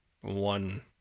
one